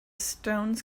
stones